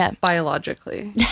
biologically